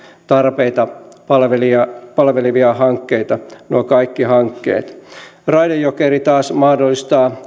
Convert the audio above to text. tarpeita palvelevia palvelevia hankkeita nuo kaikki hankkeet raide jokeri taas mahdollistaa